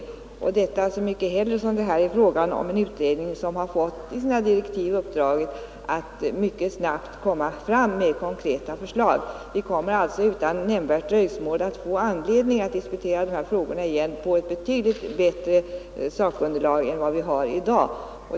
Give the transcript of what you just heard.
Detta är nu så mycket mer motiverat som det gäller en utredning som i sina direktiv har fått uppdraget att mycket snabbt lägga fram konkreta förslag. Vi kommer alltså utan nämnvärt dröjsmål att få tillfälle att diskutera dessa frågor på nytt med ett betydligt bättre sakunderlag än vad vi har i dag.